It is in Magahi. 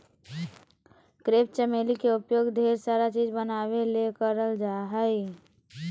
क्रेप चमेली के उपयोग ढेर सारा चीज़ बनावे ले भी करल जा हय